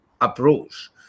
approach